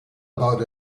about